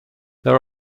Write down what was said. there